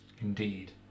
Indeed